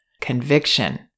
Conviction